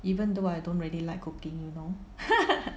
even though I don't really like cooking you know